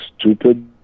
stupid